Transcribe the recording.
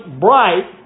bright